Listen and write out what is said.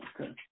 Okay